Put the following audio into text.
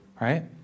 Right